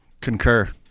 Concur